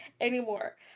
anymore